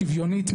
שוויונית,